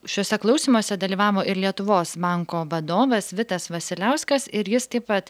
šiuose klausymuose dalyvavo ir lietuvos banko vadovas vitas vasiliauskas ir jis taip pat